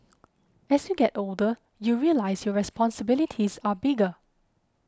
as you get older you realise your responsibilities are bigger